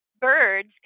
birds